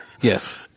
Yes